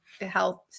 health